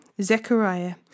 Zechariah